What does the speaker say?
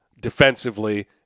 defensively